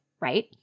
right